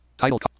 Title